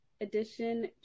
Edition